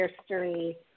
History